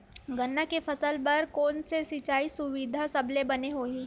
गन्ना के फसल बर कोन से सिचाई सुविधा सबले बने होही?